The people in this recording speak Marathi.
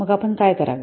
मग आपण काय करावे